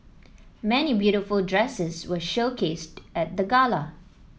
many beautiful dresses were showcased at the gala